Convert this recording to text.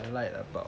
I lied about